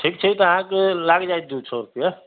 ठीक छै तऽ अहाँके लाग जायत दू सए रुपैआ